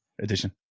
Edition